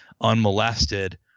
unmolested